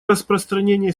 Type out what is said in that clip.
распространения